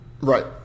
right